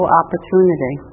opportunity